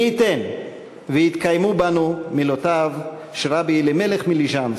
מי ייתן ויתקיימו בנו מילותיו של רבי אלימלך מליז'נסק: